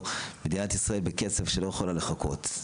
מדינת ישראל בקצב שהיא לא יכולה לחכות.